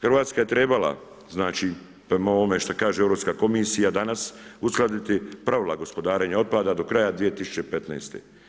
Hrvatska je trebala, znači prema ovome šta kaže Europska komisija danas uskladiti pravila gospodarenje otpada do kraja 2015.